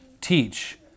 teach